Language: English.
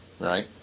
Right